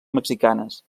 mexicanes